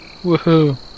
woohoo